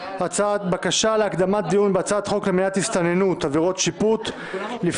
בהצעת חוק למניעת הסתננות (עבירות שיפוט)(הוראת שעה),